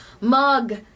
mug